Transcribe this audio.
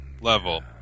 level